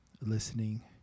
listening